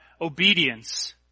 obedience